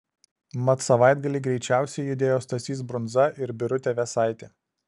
mat savaitgalį greičiausiai judėjo stasys brunza ir birutė vėsaitė